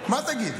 מה תגיד?